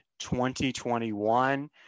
2021